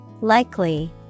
Likely